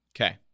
Okay